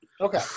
Okay